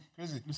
Crazy